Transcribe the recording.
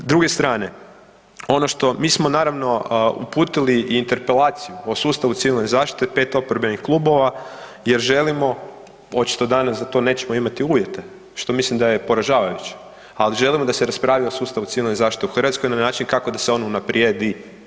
S druge strane, ono što, mi smo naravno, uputili interpelaciju o sustavu Civilne zaštite, pet oporbenih klubova, očito danas za to nećemo imati uvijete, što mislim da je poražavajuće, ali želimo da se raspravi o sustavu Civilne zaštite u Hrvatskoj na način kako da se on unaprijedi.